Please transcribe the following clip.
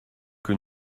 que